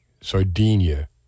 Sardinia